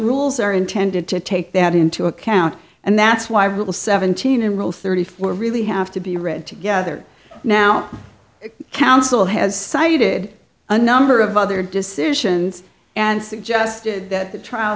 rules are intended to take that into account and that's why i will seventeen and rule thirty four really have to be read together now counsel has cited a number of other decisions and suggested that t